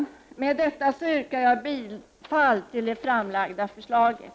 Med detta yrkar jag bifall till det framlagda förslaget.